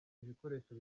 ibikoresho